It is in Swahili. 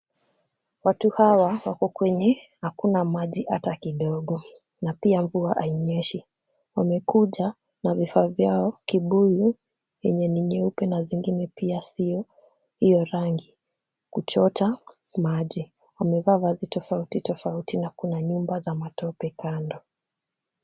Watu hawa wako kwenye hakuna maji hata kidogo na pia mvua hainyeshi. Wamekuja na vifaa vyao, kibuyu yenye ni nyeupe na zingine pia sio hiyo rangi kuchota maji. Wamevaa vazi tofauti tofauti na kuna nyumba za matope kando.